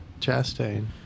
Chastain